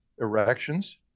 erections